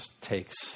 takes